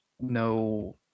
no